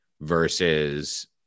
versus